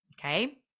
okay